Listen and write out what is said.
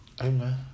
Amen